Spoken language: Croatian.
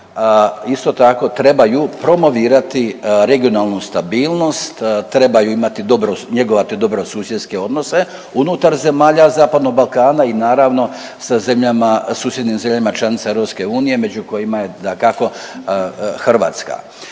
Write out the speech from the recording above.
isto tako trebaju promovirati regionalnu stabilnost, trebaju imati, njegovati dobrosusjedske odnose unutar zemalja zapadnog Balkana i naravno sa zemljama, susjednim zemljama članicama EU među kojima je dakako